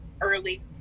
early